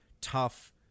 tough